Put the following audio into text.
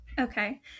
Okay